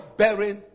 bearing